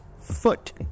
foot